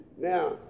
now